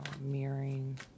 mirroring